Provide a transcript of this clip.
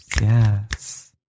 yes